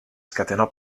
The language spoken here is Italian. scatenò